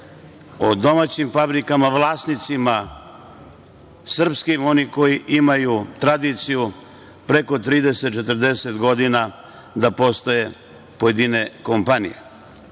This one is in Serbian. o domaćim fabrikama, vlasnicima srpskim, oni koji imaju tradiciju preko 30, 40 godina da postoje pojedine kompanije. Veoma